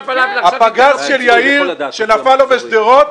הפגז של יאיר שנפל בשדרות.